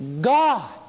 God